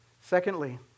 Secondly